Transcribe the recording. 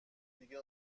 دیگه